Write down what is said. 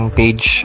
page